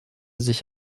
sich